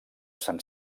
sant